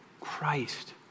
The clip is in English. Christ